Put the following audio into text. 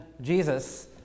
Jesus